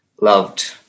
loved